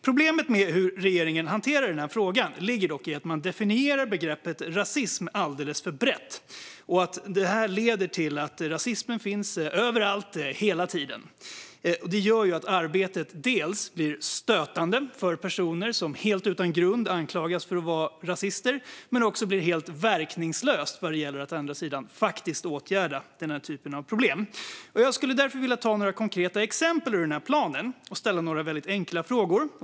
Problemet med hur regeringen hanterar den här frågan ligger dock i att man definierar begreppet rasism alldeles för brett, vilket leder till att rasismen finns överallt hela tiden. Det gör att arbetet blir dels stötande för personer som helt utan grund anklagas för att vara rasister, dels helt verkningslöst vad gäller att faktiskt åtgärda denna typ av problem. Jag ska därför ta några konkreta exempel ur planen och ställa några enkla frågor.